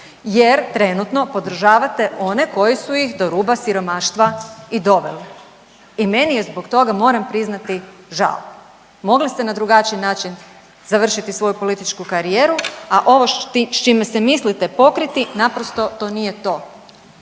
jer trenutno podržavate oni koji su ih do ruba siromaštva i doveli. I meni je zbog toga moram priznati žao. Mogli ste na drugačiji način završiti svoju političku karijeru, a ovo s čime se mislite pokriti naprosto to nije to.